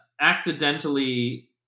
accidentally